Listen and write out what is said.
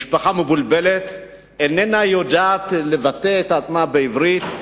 המשפחה מבולבלת ואיננה יודעת להתבטא בעברית,